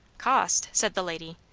cost? said the lady.